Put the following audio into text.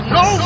no